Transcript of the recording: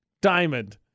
diamond